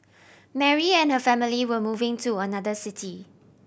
Mary and her family were moving to another city